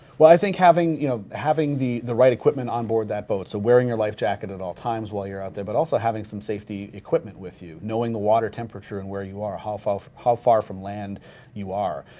well i think having you know having the the right equipment on board that boat, so wearing your life jacket at all time while you're out there but also having some safety equipment with you, knowing the water temperature and where you are, how far how far from land you are.